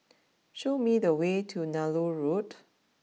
show me the way to Nallur Road